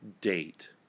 date